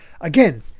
again